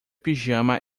pijama